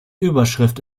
überschrift